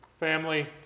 family